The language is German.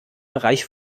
bereich